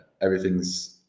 everything's